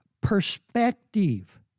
perspective